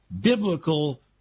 biblical